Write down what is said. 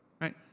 right